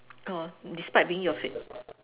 orh despite being your fav~